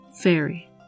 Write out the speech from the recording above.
Fairy